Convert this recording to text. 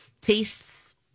tastes